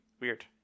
Weird